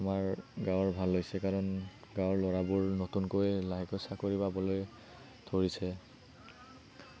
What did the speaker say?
আমাৰ গাওঁৰ ভাল হৈছে কাৰণ গাওঁৰ ল'ৰাবোৰ নতুনকৈ লাহেকৈ চাকৰি পাবলৈ ধৰিছে